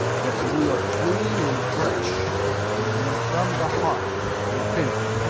that you are clean and fresh when you from the heart repent.